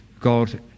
God